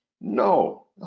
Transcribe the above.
No